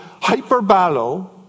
hyperbalo